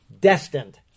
destined